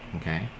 Okay